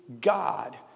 God